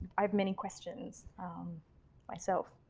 i have many questions um myself.